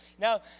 Now